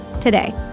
today